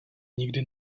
nikdy